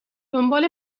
دنبال